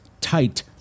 tight